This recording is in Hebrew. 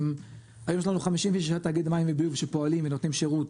היום יש לנו 56 תאגידי מים וביוב שפועלים ונותנים שירות,